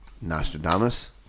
Nostradamus